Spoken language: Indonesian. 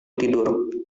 tidur